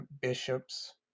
Bishops